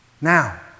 Now